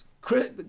Chris